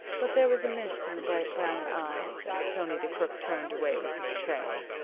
but there was a mist in the bright brown eyes as tony the crook turned away with his tray.